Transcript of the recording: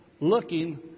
Looking